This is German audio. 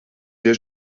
der